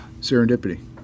serendipity